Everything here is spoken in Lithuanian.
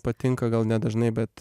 patinka gal nedažnai bet